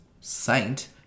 saint